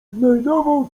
znajdował